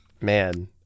Man